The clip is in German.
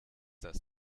das